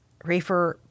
Rafer